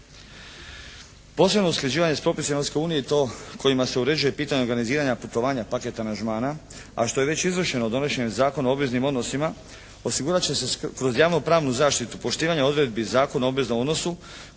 Posebno usklađivanje s propisima Europske unije i to kojima se uređuje pitanje organiziranja putovanja paket aranžmana, a što je već izvršeno donošenjem Zakona o obveznim odnosima osigurat će se kroz javno-pravnu zaštitu poštivanje odredbi Zakona o obveznom unosu